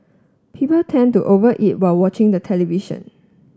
people tend to over eat while watching the television